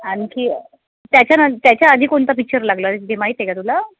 आणखी त्याच्यानंतर त्याच्या आधी कोणता पिक्चर लागला बि माहिती आहे का तुला